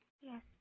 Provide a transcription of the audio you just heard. Yes